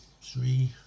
three